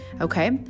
okay